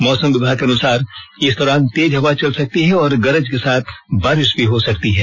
मौसम विभाग के अनुसार इस दौरान तेज हवा चल सकती है और गरज के साथ बारिश भी हो सकती है